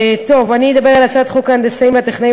אני אדבר על הצעת חוק ההנדסאים והטכנאים